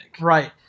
right